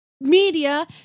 media